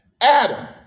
Adam